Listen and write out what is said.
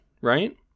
right